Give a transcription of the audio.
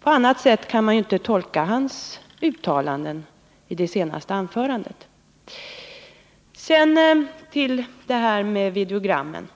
På annat sätt kan man inte tolka uttalandena i hans senaste anförande. Sedan till videogrammen!